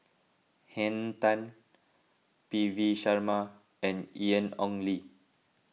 Henn Tan P V Sharma and Ian Ong Li